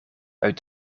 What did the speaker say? uit